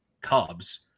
Cubs